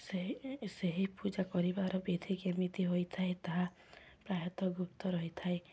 ସେହି ସେହି ପୂଜା କରିବାର ବିଧି କେମିତି ହୋଇଥାଏ ତାହା ପ୍ରାୟତଃ ଗୁପ୍ତ ରହିଥାଏ